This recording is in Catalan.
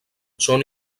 són